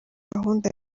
gahunda